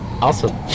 awesome